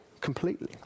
completely